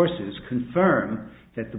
sources confirm that the